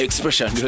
Expression